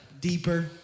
deeper